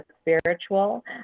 spiritual